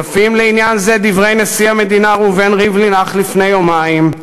יפים לעניין זה דברי נשיא המדינה ראובן ריבלין אך לפני יומיים,